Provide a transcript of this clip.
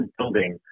building